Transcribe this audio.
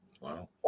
Wow